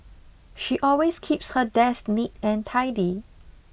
she always keeps her desk neat and tidy